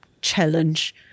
challenge